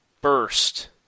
burst